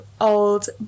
old